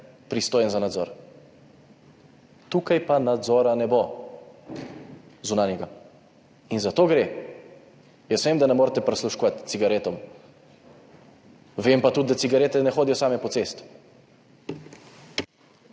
pristojen za nadzor. Tukaj pa zunanjega nadzora ne bo. In za to gre. Jaz vem, da ne morete prisluškovati cigaretam. Vem pa tudi, da cigarete ne hodijo same po cesti.